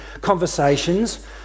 conversations